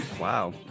Wow